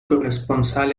corresponsal